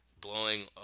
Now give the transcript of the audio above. blowing